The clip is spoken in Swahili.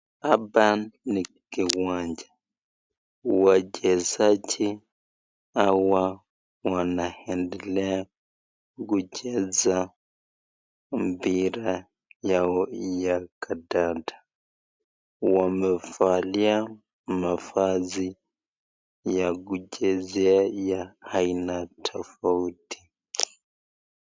Hapa ni kiwanja wachezaji hawa wanaendelea kucheza mpira ya kandanda wamefalia mafasi ya kuchezea ya aina tafauti.